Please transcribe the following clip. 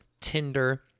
Tinder